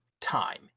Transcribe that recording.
time